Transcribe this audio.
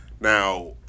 Now